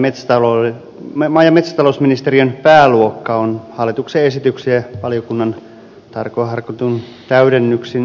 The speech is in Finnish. maa ja metsätalousministeriön pääluokka on hallituksen esityksin ja valiokunnan tarkoin harkituin täydennyksin hyvä kokonaisuus